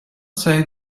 say